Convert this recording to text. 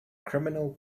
criminal